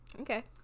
okay